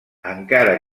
encara